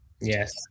Yes